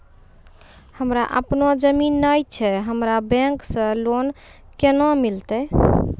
हमरा आपनौ जमीन नैय छै हमरा बैंक से लोन केना मिलतै?